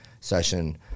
session